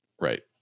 Right